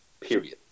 Period